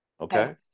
Okay